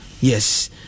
Yes